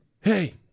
hey